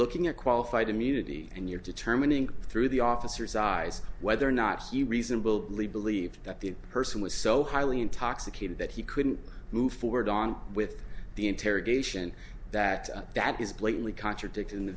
looking you're qualified immunity and you're determining through the officers eyes whether or not the reasonable really believe that the person was so highly intoxicated that he couldn't move forward on with the interrogation that that is blatantly contradicted in the